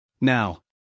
Now